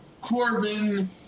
Corbin